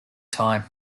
time